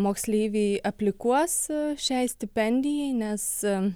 moksleiviai aplikuos šiai stipendijai nes